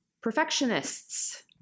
perfectionists